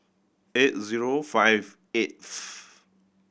eight zero five eighth